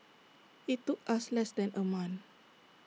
IT took us less than A month